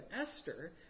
Esther